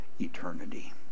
eternity